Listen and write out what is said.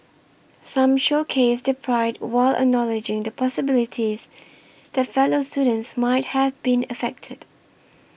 some showcased their pride while acknowledging the possibility that fellow students might have been affected